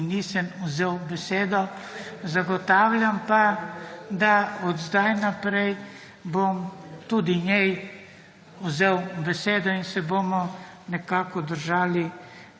(Nadaljevanje) zagotavljam pa, da od zdaj naprej bom tudi njej vzel besedo in se bomo nekako držali